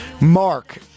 Mark